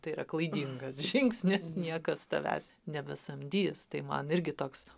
tai yra klaidingas žingsnis niekas tavęs nebesamdys tai man irgi toks